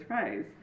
phrase